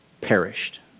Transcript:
perished